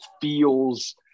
feels